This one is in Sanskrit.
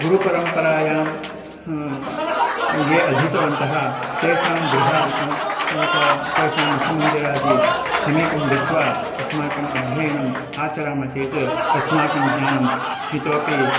गुरुपरम्परायां ये अधीतवन्तः तेषां गृहादिकम् उता तेषां मठमन्दिरादिसमीपं गत्वा अस्माकम् अध्ययनम् आचरामः चेत् अस्माकं ज्ञानम् इतोपि